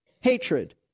hatred